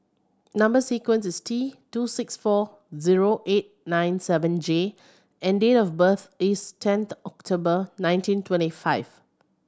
number sequence is T two six four zero eight nine seven J and date of birth is tenth October nineteen twenty five